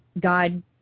God